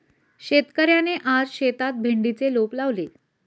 शेतकऱ्याने आज शेतात भेंडीचे रोप लावले